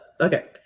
Okay